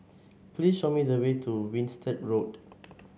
please show me the way to Winstedt Road